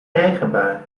regenbui